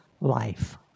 life